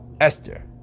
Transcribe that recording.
Esther